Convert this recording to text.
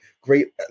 great